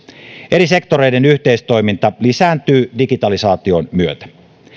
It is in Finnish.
eri sektoreiden yhteistoiminta lisääntyy digitalisaation myötä